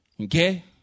Okay